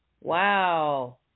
wow